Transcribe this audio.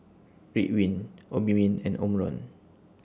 Ridwind Obimin and Omron